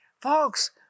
Folks